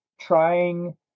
trying